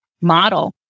model